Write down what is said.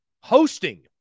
hosting